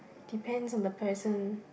depends on the person